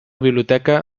biblioteca